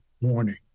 Warning